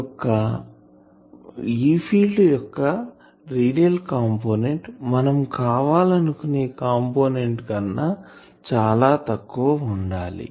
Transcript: E field యొక్క radial component మనం కావాలనుకునే కంపోనెంట్ కన్నా చాలా తక్కువ గా ఉండాలి